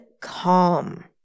calm